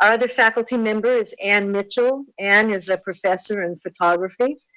our other faculty member is anne mitchell. anne is a professor in photography.